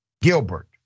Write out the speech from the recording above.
Gilbert